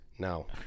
No